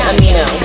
Amino